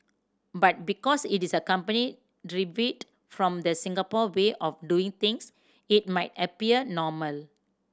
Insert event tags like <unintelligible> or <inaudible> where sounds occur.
but because it is a company <unintelligible> from the Singapore way of doing things it might appear normal